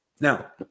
Now